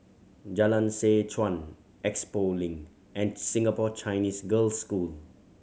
Jalan Seh Chuan Expo Link and Singapore Chinese Girls' School